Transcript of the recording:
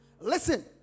listen